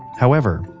however,